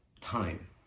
time